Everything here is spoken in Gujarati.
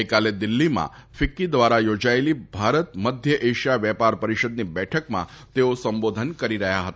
ગઈકાલે નવી દિલ્ફીમાં ફિક્કી દ્વારા થોજાયેલી ભારત મધ્ય એશિયા વેપાર પરિષદની બેઠકમાં તેઓ સંબોધન કરી રહ્યા હતા